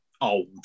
old